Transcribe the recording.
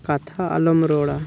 ᱠᱟᱛᱷᱟ ᱟᱞᱚᱢ ᱨᱚᱲᱟ